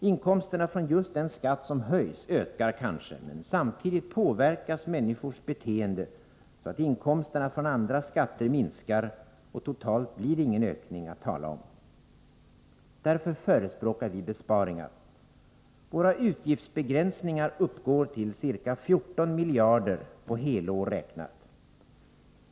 Inkomsterna från just den skatt som höjs ökar kanske, men samtidigt påverkas människors beteende så att inkomsterna från andra skatter minskar, och totalt blir det ingen ökning att tala om. Folkpartiet förespråkar därför besparingar. Våra utgiftsbegränsningar uppgår till ca 14 miljarder på helår räknat.